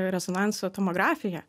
rezonanso tamografiją